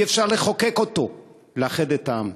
אי-אפשר לחוקק אותו, לאחד את העם.